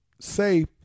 say